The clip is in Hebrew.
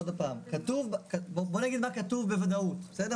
עוד הפעם, בוא נגיד מה כתוב בוודאות, בסדר?